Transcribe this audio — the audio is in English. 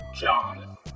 John